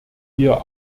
wir